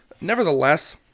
nevertheless